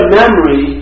memory